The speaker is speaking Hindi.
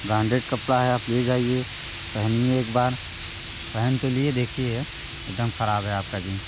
ब्रांडेड कपड़ा है आप ले जाइए पहनिए एक बार पहन तो लिए देखिए एकदम ख़राब है आपका जींस